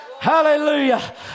Hallelujah